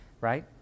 right